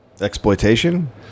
Exploitation